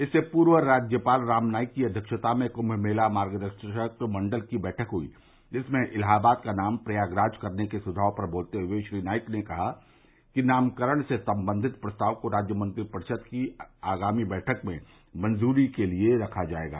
इससे पूर्व राज्यपाल राम नाईक की अध्यक्षता में कुंम मेला मार्गदर्शक मंडल की बैठक हुई जिसमें इलाहाबाद का नाम प्रयागराज करने के सुझाव पर बोलते हुए श्री नाईक ने कहा कि नामकरण से संबंधित प्रस्ताव को राज्य मंत्रिपरिषद की आगामी बैठक में मंजूरी के लिए रखा जायेगा